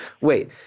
Wait